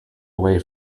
away